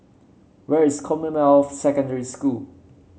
where is Commonwealth Secondary School